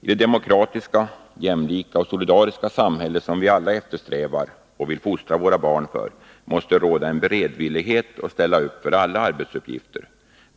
I det demokratiska, jämlika och solidariska samhälle som vi alla eftersträvar och vill fostra våra barn i måste det råda en beredvillighet när det gäller att ställa upp på alla arbetsuppgifter.